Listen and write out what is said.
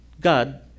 God